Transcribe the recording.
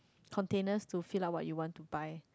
containers to fill up what you want to buy